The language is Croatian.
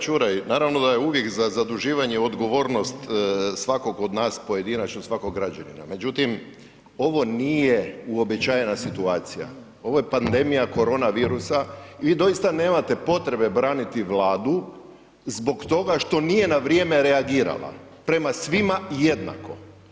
Poštovani kolega Čuraj, naravno da je uvijek za zaduživanje odgovornost svakog od nas pojedinačno, svakog građanina, međutim ovo nije uobičajena situacija, ovo je pandemija korona virusa i vi doista nemate potrebe braniti Vladu zbog tog što nije na vrijeme reagirala, prema svima jednako.